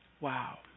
Wow